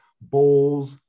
bowls